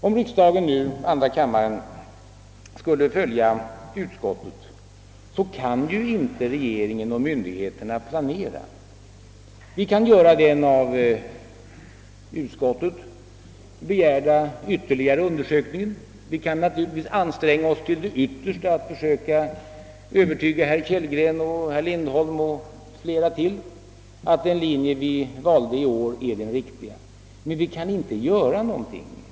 För den händelse riksdagen skulle följa utskottsmajoritetens linje, kan regeringen och myndigheterna inte planera på ett tillfredsställande sätt. Vi kan genomföra den av utskottet begärda ytterligare undersökningen och vi kan naturligtvis anstränga oss till det yttersta för att försöka övertyga herrar Kellgren, Lindholm och ytterligare några ledamöter om att den linje vi valde i år är den riktiga, men vi kan inte uträtta någonting konkret.